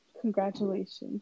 congratulations